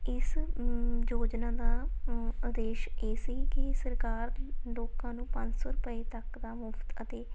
ਇਸ ਯੋਜਨਾ ਦਾ ਉਦੇਸ਼ ਇਹ ਸੀ ਕਿ ਸਰਕਾਰ ਲੋਕਾਂ ਨੂੰ ਪੰਜ ਸੌ ਰੁਪਏ ਤੱਕ ਦਾ ਮੁਫਤ ਅਤੇ